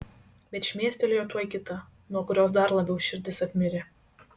bet šmėstelėjo tuoj kita nuo kurios dar labiau širdis apmirė